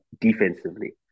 defensively